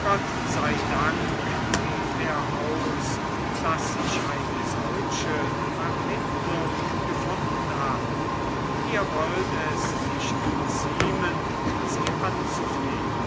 gott sei dank rief er aus daß sich eine solche vermittlung gefunden hat mir wollt es nicht ziemen sie anzuflehen